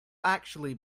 actually